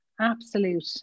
absolute